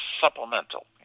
supplemental